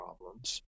problems